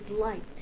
light